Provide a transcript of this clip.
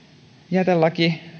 jätelaki